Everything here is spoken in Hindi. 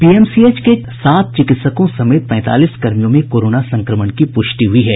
पीएमसीएच के सात चिकित्सकों समेत पैंतालीस कर्मियों में कोरोना संक्रमण की पुष्टि हुई है